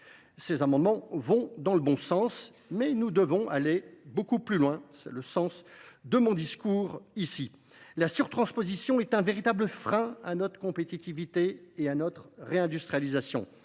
Ces amendements vont dans le bon sens, mais nous devons aller beaucoup plus loin. Tel est le sens de mon discours. La surtransposition est un véritable frein à notre compétitivité et à notre réindustrialisation.